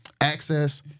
access